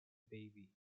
baby